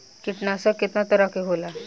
कीटनाशक केतना तरह के होला?